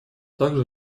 также